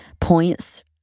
points